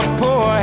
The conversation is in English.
poor